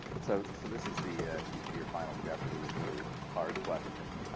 so so this is the your final jeopardy, really, hard question.